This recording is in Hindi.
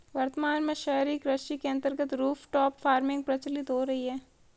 वर्तमान में शहरी कृषि के अंतर्गत रूफटॉप फार्मिंग प्रचलित हो रही है